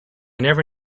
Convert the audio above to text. never